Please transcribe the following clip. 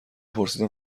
پرسیدم